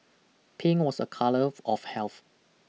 pink was a colour of health